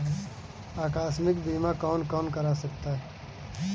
आकस्मिक बीमा कौन कौन करा सकता है?